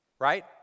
Right